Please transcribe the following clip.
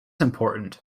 important